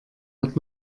hat